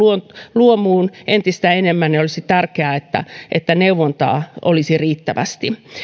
luomuun entistä enemmän olisi tärkeää että että neuvontaa olisi riittävästi